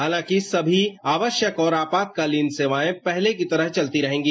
हालांकि सभी आवश्यक और आपातकालीन सेवाएं पहले की तरह चलती रहेंगी